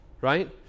right